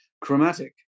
chromatic